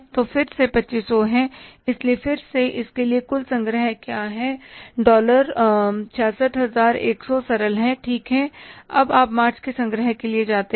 और तब फिर से 2500 है इसलिए फिर से इसके लिए कुल संग्रह क्या है डॉलर 66100 सरल है ठीक अब आप मार्च के संग्रह के लिए जाते हैं